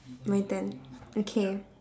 my turn okay